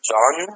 John